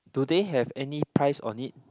do they have any price on it